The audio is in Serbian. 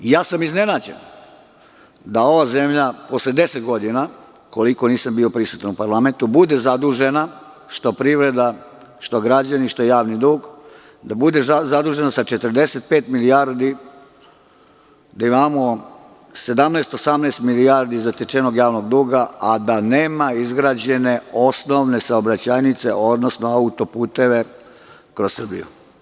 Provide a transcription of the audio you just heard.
Iznenađen sam da ova zemlja posle deset godina, koliko nisam bio prisutan u parlamentu, bude zadužena, što privreda, što građani, što javni dug, sa 45 milijardi, da imamo 17-18 milijardi zatečenog javnog duga, a da nema izgrađene osnovne saobraćajnice, odnosno autoputeve kroz Srbiju.